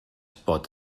pot